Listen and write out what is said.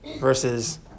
versus